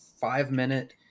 five-minute